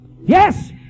Yes